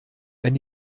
wenn